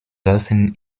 dürfen